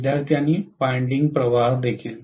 विद्यार्थी आणि वाइंडिंग प्रवाह देखील